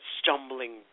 stumbling